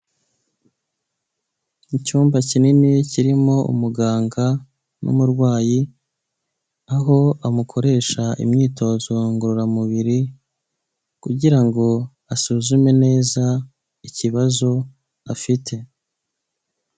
Icyumba kinini kirimo umuganga n'umurwayi, aho amukoresha imyitozo ngororamubiri, kugira ngo asuzume neza ikibazo afite.